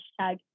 hashtag